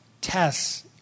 tests